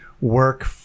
work